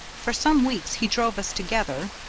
for some weeks he drove us together,